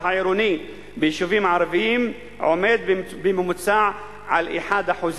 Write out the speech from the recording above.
העירוני ביישובים הערביים הוא בממוצע 1%,